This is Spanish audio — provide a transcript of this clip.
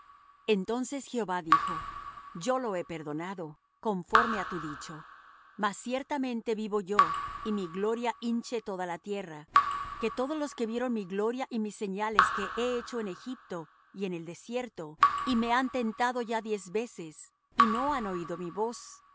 entonces jehová dijo yo lo he perdonado conforme á tu dicho mas ciertamente vivo yo y mi gloria hinche toda la tierra que todos los que vieron mi gloria y mis señales que he hecho en egipto y en el desierto y me han tentado ya diez veces y no han oído mi voz